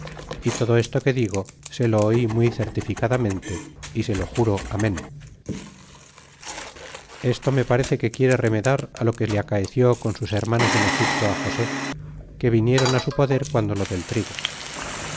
y todo esto que digo se lo oí muy certificadamente y se lo juro amen y esto me parece que quiere remedar lo que le acaeció con sus hermanos en egipto joseph que vinieron su poder guando lo del trigo